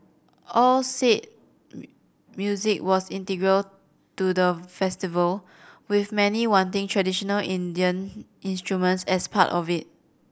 all said music was integral to the festival with many wanting traditional Indian instruments as part of it